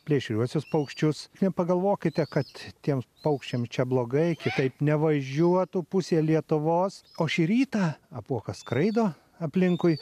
plėšriuosius paukščius nepagalvokite kad tiems paukščiams čia blogai kitaip nevažiuotų pusė lietuvos o šį rytą apuokas skraido aplinkui